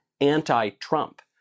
anti-Trump